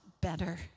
better